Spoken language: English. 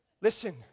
Listen